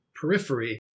periphery